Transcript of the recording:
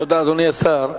תודה, אדוני השר.